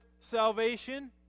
salvation